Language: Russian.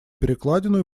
перекладину